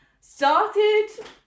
Started